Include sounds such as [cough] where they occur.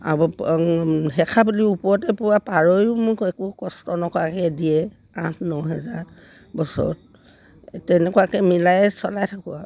[unintelligible] ওপৰতে পোৱা পাৰয়ো মোক একো কষ্ট নকৰাকৈ দিয়ে আঠ নহেজাৰ বছৰত তেনেকুৱাকৈ মিলায়ে চলাই থাকোঁ আৰু